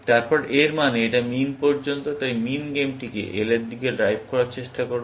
তারপর এর মানে এটা মিন পর্যন্ত তাই মিন গেমটিকে L এর দিকে ড্রাইভ করার চেষ্টা করবে